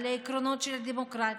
על העקרונות של הדמוקרטיה,